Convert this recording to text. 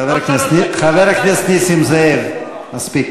חבר הכנסת נסים זאב, מספיק.